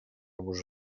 vos